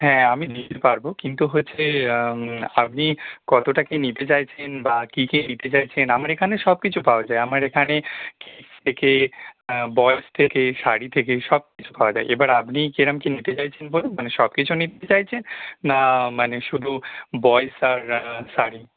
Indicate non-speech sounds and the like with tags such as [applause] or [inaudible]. হ্যাঁ আমি [unintelligible] পারব কিন্তু হচ্ছে আপনি কতটা কী নিতে চাইছেন বা কী কী নিতে চাইছেন আমার এখানে সব কিছু পাওয়া যায় আমার এখানে [unintelligible] থেকে বয়েজ থেকে শাড়ি থেকে সব কিছু পাওয়া যায় এবার আপনি কীরকম কী নিতে চাইছেন বলুন মানে সব কিছু নিতে চাইছেন না মানে শুধু বয়েজ আর শাড়ি